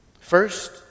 First